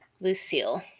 Lucille